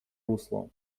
русло